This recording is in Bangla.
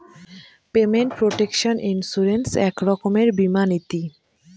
পেমেন্ট প্রটেকশন ইন্সুরেন্স এক রকমের বীমা নীতি